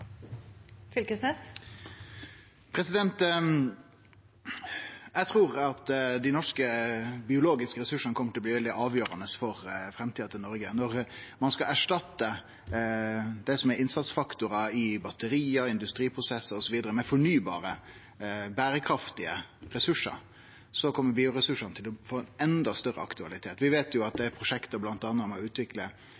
tilfella. Eg trur at dei norske biologiske ressursane kjem til å bli veldig avgjerande for framtida til Noreg, når ein skal erstatte det som er innsatsfaktorar i batteri, i industriprosessar osv. med fornybare, berekraftige ressursar. Då kjem bioressursane til å få enda større aktualitet. Vi veit at det